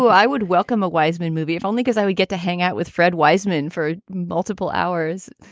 so i would welcome a wiseman movie, if only because i would get to hang out with fred wiseman for multiple hours.